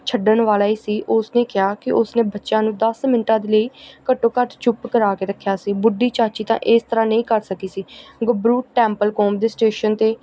ਛੱਡਣ ਵਾਲਾ ਹੀ ਸੀ ਉਸਨੇ ਕਿਹਾ ਕਿ ਉਸਨੇ ਬੱਚਿਆਂ ਨੂੰ ਦਸ ਮਿੰਟਾਂ ਦੇ ਲਈ ਘੱਟੋ ਘੱਟ ਚੁੱਪ ਕਰਵਾ ਕੇ ਰੱਖਿਆ ਸੀ ਬੁੱਢੀ ਚਾਚੀ ਤਾਂ ਇਸ ਤਰ੍ਹਾਂ ਨਹੀਂ ਕਰ ਸਕੀ ਸੀ ਗੱਭਰੂ ਟੈਂਪਲਕੋਮ ਦੇ ਸਟੇਸ਼ਨ 'ਤੇ